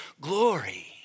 glory